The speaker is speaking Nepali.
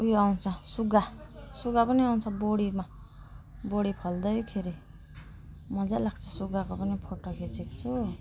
यो आउँछ सुगा सुगा पनि आउँछ बोडीमा बोडी फल्दाखेरि मजा लाग्छ सुगाको पनि फोटो खिचेको छु